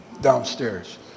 downstairs